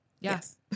Yes